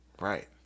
Right